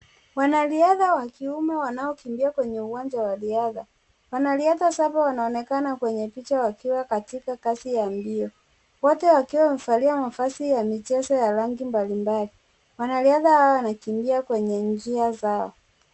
Wanariadha wa kiume, wanaokimbia kwenye uwanja wa riadha, wanariadha saba wanaonekana kwenye picha wakiwa katika kazi ya mbio. Wote wakiwa wamevalia mavazi ya michezo ya rangi mbalimbali. Wanariadha hawa wanakimbia kwenye njia zao.